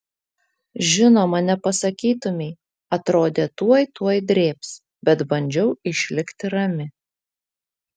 žinoma nepasakytumei atrodė tuoj tuoj drėbs bet bandžiau išlikti rami